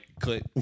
click